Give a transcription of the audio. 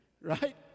Right